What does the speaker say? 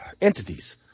entities